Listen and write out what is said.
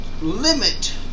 limit